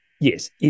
yes